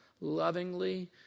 lovingly